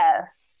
Yes